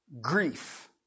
grief